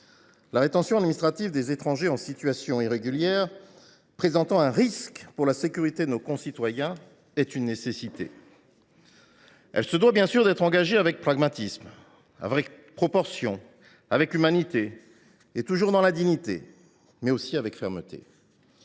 La rétention administrative des étrangers en situation irrégulière présentant un risque pour la sécurité de nos concitoyens est une nécessité. Elle se doit bien sûr d’être engagée avec pragmatisme, avec proportion, avec humanité et toujours dans la dignité, mais aussi avec fermeté.